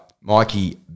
Mikey